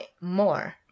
more